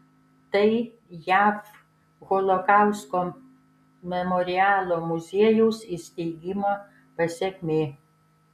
tai jav holokausto memorialo muziejaus įsteigimo pasekmė